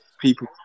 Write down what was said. people